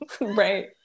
right